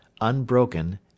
unbroken